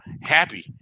happy